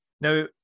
Now